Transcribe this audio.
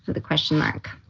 the question mark,